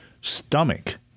stomach